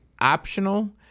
optional